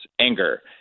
anger